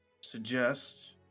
suggest